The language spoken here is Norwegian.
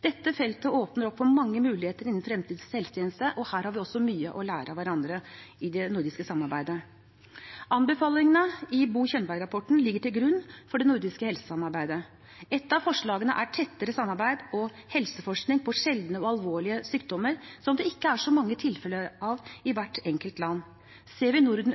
Dette feltet åpner opp for mange muligheter innen fremtidens helsetjeneste, og her har vi også mye å lære av hverandre i det nordiske samarbeidet. Anbefalingene i Bo Könberg-rapporten ligger til grunn for det nordiske helsesamarbeidet. Et av forslagene er tettere samarbeid og helseforskning på sjeldne og alvorlige sykdommer som det ikke er så mange tilfeller av i hvert enkelt land. Ser vi Norden,